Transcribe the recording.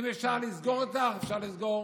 אם אפשר לסגור, אפשר לסגור,